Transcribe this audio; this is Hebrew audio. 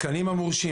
המתקנים המורשים,